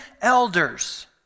elders